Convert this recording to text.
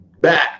back